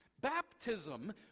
baptism